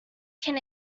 can